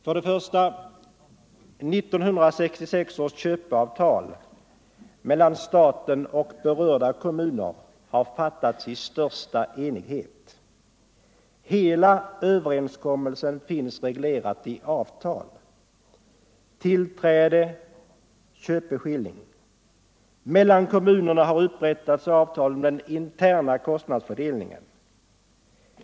För det första har 1966 års köpeavtal mellan staten och berörda kommuner fattats i största enighet. Hela överenskommelsen finns reglerad i avtal — tillträde, köpeskilling. Mellan kommunerna har upprättats avtal om den interna kostnadsfördelningen.